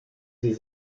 sie